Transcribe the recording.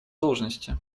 должности